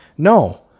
No